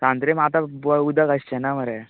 सांद्रेम आतां बोय उदक आसचेना मरे